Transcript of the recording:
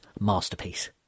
masterpiece